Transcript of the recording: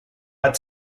had